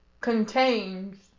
contains